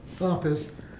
office